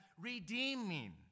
redeeming